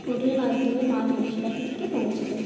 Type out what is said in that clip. ঠোঁটে মাধ্যমে মা ধনেশ পাখিটিকে পৌঁছে দেয়